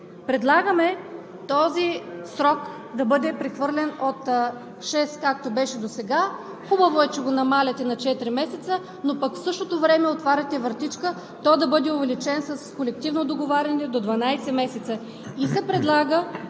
Предлагаме този срок да бъде прехвърлен от шест, както беше досега – хубаво е, че го намалявате на 4 месеца, но пък в същото време отваряте вратичка той да бъде увеличен с колективно договаряне до 12 месеца.